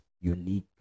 unique